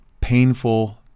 painful